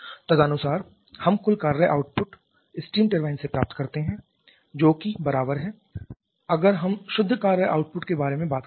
तदनुसार हम कुल कार्य आउटपुट स्टीम टरबाइन से प्राप्त करते हैं जोकि बराबर है अगर हम शुद्ध कार्य आउटपुट के बारे में बात करते हैं